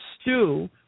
stew